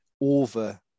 over